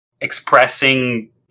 expressing